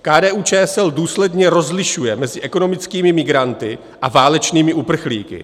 KDUČSL důsledně rozlišuje mezi ekonomickými migranty a válečnými uprchlíky.